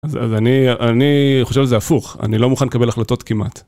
אז אני חושב שזה הפוך, אני לא מוכן לקבל החלטות כמעט.